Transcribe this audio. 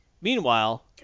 Meanwhile